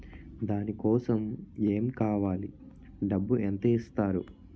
దాని కోసం ఎమ్ కావాలి డబ్బు ఎంత ఇస్తారు?